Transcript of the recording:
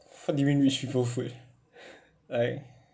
what do you mean rich people food like